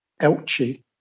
Elche